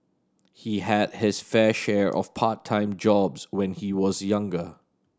he had his fair share of part time jobs when he was younger